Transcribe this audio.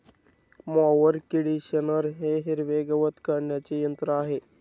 mower conditioner हे हिरवे गवत काढणीचे यंत्र आहे